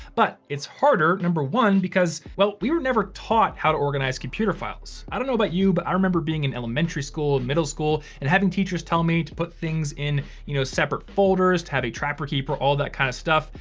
but it's harder number one, because well, we were never taught how to organize computer files. i don't know about you, but i remember being an elementary school, middle school and having teachers tell me to put things in you know separate folders, to have a trapper keeper, all that kind of stuff.